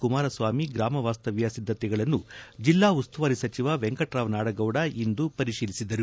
ಕುಮಾರಸ್ವಾಮಿ ಗ್ರಾಮ ವಾಸ್ತವ್ಯ ಸಿದ್ಧತೆಗಳನ್ನು ಜಿಲ್ಲಾ ಉಸ್ತುವಾರಿ ಸಚಿವ ವೆಂಕಟರಾವ ನಾಡಗೌಡ ಇಂದು ಪರಿಶೀಲಿಸಿದರು